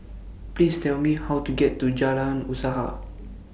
Please Tell Me How to get to Jalan Usaha